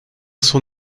son